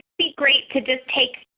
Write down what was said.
be great could just take,